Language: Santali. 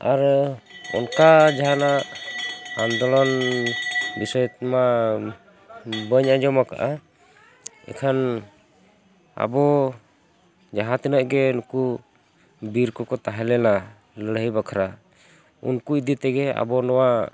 ᱟᱨ ᱚᱱᱠᱟ ᱡᱟᱦᱟᱱᱟᱜ ᱟᱱᱫᱳᱞᱚᱱ ᱵᱤᱥᱚᱭ ᱠᱚᱢᱟ ᱵᱟᱹᱧ ᱟᱸᱡᱚᱢ ᱟᱠᱟᱼᱟᱜ ᱮᱠᱷᱟᱱ ᱟᱵᱚ ᱡᱟᱦᱟᱸ ᱛᱤᱱᱟᱹᱜ ᱜᱮ ᱱᱩᱠᱩ ᱵᱤᱨ ᱠᱚ ᱛᱟᱦᱮᱸ ᱞᱮᱱᱟ ᱞᱟᱹᱲᱦᱟᱹᱭ ᱵᱟᱠᱷᱨᱟ ᱩᱱᱠᱩ ᱤᱫᱤ ᱛᱮᱜᱮ ᱟᱵᱚ ᱱᱚᱣᱟ